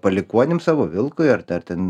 palikuonims savo vilkui ar ar ten